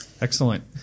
Excellent